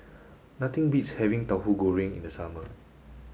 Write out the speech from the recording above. nothing beats having Tauhu Goreng in the summer